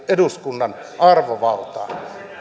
eduskunnan arvovaltaa